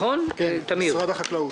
משרד החקלאות.